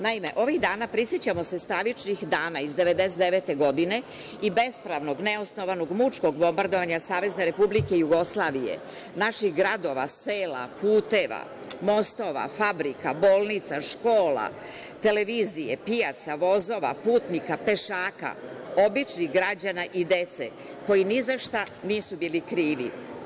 Naime, ovih dana prisećamo se stravičnih dana iz 1999. godine i bespravnog, neosnovanog mučkog bombardovanja Savezne Republike Jugoslavije, naših gradova, sela, puteva, mostova, fabrika, bolnica, škola, televizije, pijaca, vozova, putnika, pešaka, običnih građana i dece koji ni za šta nisu bili krivi.